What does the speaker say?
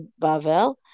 Bavel